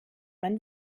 man